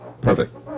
Perfect